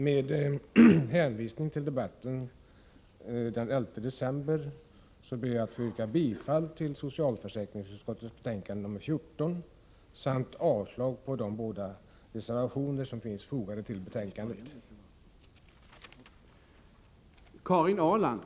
Med hänvisning till debatten den 11 december ber jag att få yrka bifall till hemställan i socialförsäkringsutskottets betänkande nr 14 samt avslag på de båda reservationer som finns fogade till betänkandet.